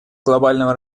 глобального